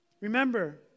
Remember